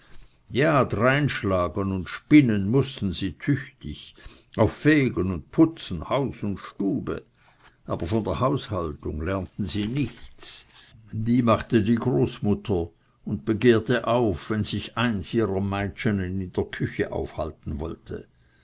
ja dreinschlagen und spinnen mußten sie tüchtig auch fegen und putzen haus und stube aber von der haushaltung lernten sie nichts die machte die großmutter und begehrte auf wenn sich eins ihrer meitschenen in der küche aufhalten wollte